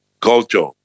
culture